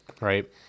Right